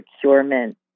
procurement